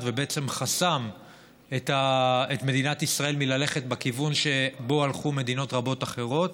וחסם את מדינת ישראל מללכת בכיוון שבו הלכו מדינות רבות אחרות.